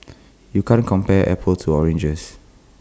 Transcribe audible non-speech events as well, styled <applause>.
<noise> you can't compare apples to oranges